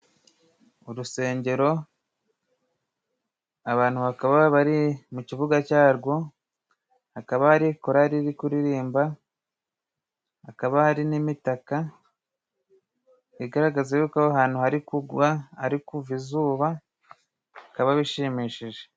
Urusengero abantu bakaba bari mu kibuga cyarwo, hakaba ari korali iri kuririmba, hakaba hari n'imitaka igaragaza y'uko aho ahantu hari kugwa, kuva izuba, bikaba bishimishije.